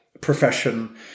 profession